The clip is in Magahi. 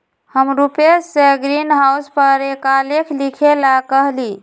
हम रूपेश से ग्रीनहाउस पर एक आलेख लिखेला कहली